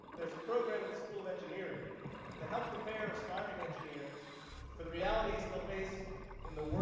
there's a program in the school of engineering that helps prepare aspiring engineers for the realities they'll face in the